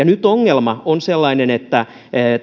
nyt ongelma on sellainen että